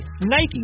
Nike